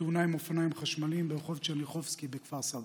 בתאונה עם אופניים חשמליים ברחוב טשרניחובסקי בכפר סבא.